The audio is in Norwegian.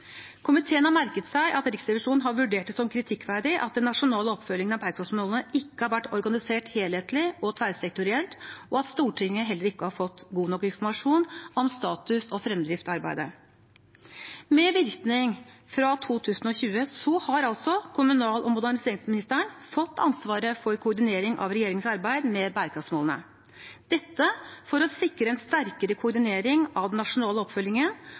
Komiteen har merket seg at Riksrevisjonen har vurdert det som kritikkverdig at den nasjonale oppfølgingen av bærekraftsmålene ikke har vært organisert helhetlig og tverrsektorielt, og at Stortinget heller ikke har fått god nok informasjon om status og fremdrift i arbeidet. Med virkning fra 2020 har kommunal- og moderniseringsministeren fått ansvaret for koordinering av regjeringens arbeid med bærekraftsmålene – dette for å sikre en sterkere koordinering av den nasjonale oppfølgingen